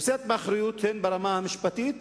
נושאת באחריות הן ברמה המשפטית,